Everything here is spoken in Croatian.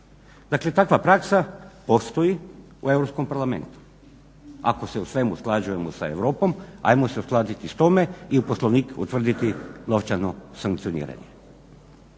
Dakle, takva praksa postoji u Europskom parlamentu. Ako se u svemu usklađujemo sa Europom ajmo se uskladiti i s time i u Poslovniku utvrditi novčano sankcioniranje.